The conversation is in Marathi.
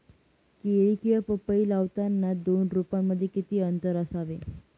केळी किंवा पपई लावताना दोन रोपांमध्ये किती अंतर असावे?